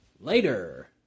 later